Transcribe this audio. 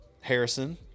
Harrison